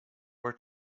were